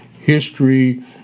history